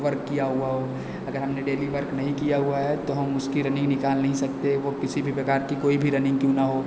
daily work किया हुआ हो अगर हमने डेली वर्क नहीं किया हुआ है तो हम उसकी रनिंग निकाल नहीं सकते वह कोई भी प्रकार की रनिंग क्यों ना हो